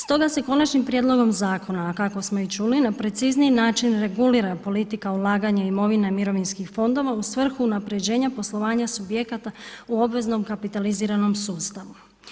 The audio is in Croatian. Stoga se konačnim prijedlogom zakona, a kako smo i čuli na precizniji način regulira politika ulaganja imovine mirovinskih fondova u svrhu unapređenja poslovanja subjekata u obveznom kapitaliziranom sustavu.